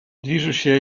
движущая